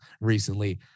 recently